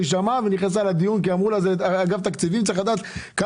שמעה ונכנסה לדיון כי אמרו לה שאגף התקציבים צריך לדעת מה